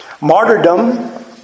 martyrdom